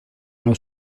una